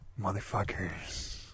Motherfuckers